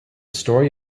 story